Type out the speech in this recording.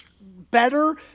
better